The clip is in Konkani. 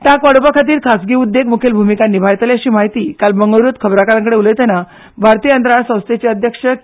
तांक वाडोवपाखातीर खासगी उद्देग मुखेल भुमिका निभयतले अशी म्हायती काल बंगळरूत खबराकारांकडेन उलयतना भारतीय अंतराळ संस्थेचे अध्यक्ष के